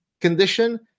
condition